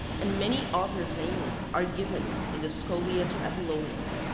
and many authors' names are given in the scholia to apollonius,